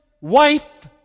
wife